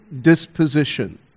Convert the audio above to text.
disposition